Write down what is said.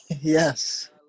yes